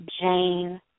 Jane